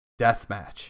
deathmatch